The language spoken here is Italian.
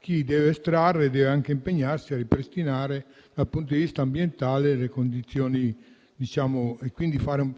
chi deve estrarre deve anche impegnarsi a ripristinare le condizioni dal punto di vista ambientale, predisponendo